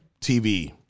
TV